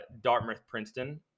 Dartmouth-Princeton